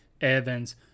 Evans